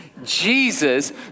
jesus